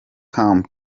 camp